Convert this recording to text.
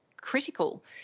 critical